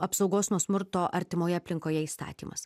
apsaugos nuo smurto artimoje aplinkoje įstatymas